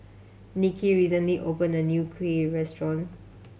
Niki recently opened a new kuih restaurant